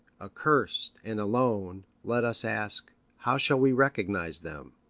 accursed, and alone, let us ask, how shall we recognize them?